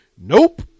nope